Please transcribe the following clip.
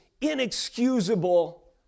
inexcusable